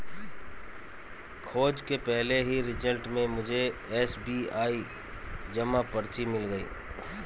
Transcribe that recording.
खोज के पहले ही रिजल्ट में मुझे एस.बी.आई जमा पर्ची मिल गई